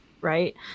right